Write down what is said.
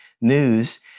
news